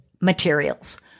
materials